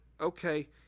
okay